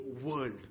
world